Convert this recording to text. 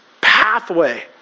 pathway